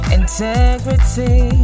integrity